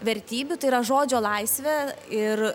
vertybių tai yra žodžio laisvė ir